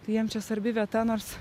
tai jiem čia sarbi vieta nors